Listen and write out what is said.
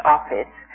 Office